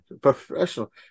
Professional